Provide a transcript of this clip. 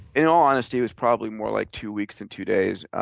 in all honesty, was probably more like two weeks than two days.